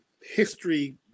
history